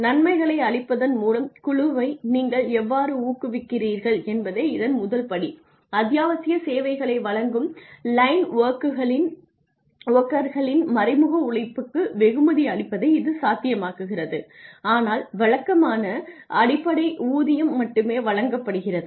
நன்மைகளை அளிப்பதன் மூலம் குழுவை நீங்கள் எவ்வாறு ஊக்குவிக்கிறீர்கள் என்பதே இதன் முதல் படி அத்தியாவசிய சேவைகளை வழங்கும் லைன் வொர்க்கர்களின் மறைமுக உழைப்புக்கு வெகுமதி அளிப்பதை இது சாத்தியமாக்குகிறது ஆனால் வழக்கமான அடிப்படை ஊதியம் மட்டுமே வழங்கப்படுகிறது